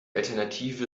alternative